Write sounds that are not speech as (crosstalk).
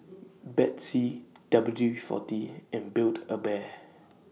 (noise) Betsy (noise) W forty and Build A Bear